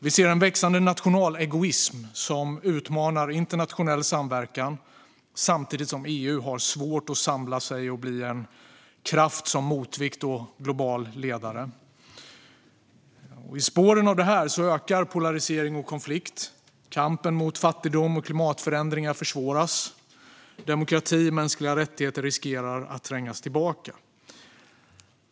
Vi ser en växande nationalegoism som utmanar internationell samverkan, samtidigt som EU har svårt att samla sig och bli en kraft som motvikt och global ledare. I spåren av detta ökar polarisering och konflikt. Kampen mot fattigdom och klimatförändringar försvåras. Demokrati och mänskliga rättigheter riskerar att trängas tillbaka.